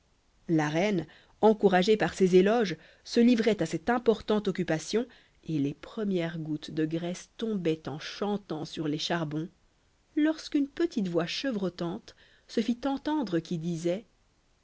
la reine encouragée par ses éloges se livrait à cette importante occupation et les premières gouttes de graisse tombaient en chantant sur les charbons lorsqu'une petite voix chevrotante se fit entendre qui disait